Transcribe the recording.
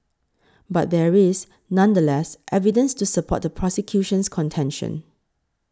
but there is nonetheless evidence to support the prosecution's contention